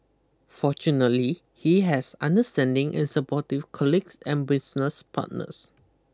fortunately he has understanding and supportive colleagues and business partners